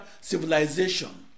civilization